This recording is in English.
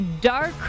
dark